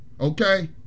Okay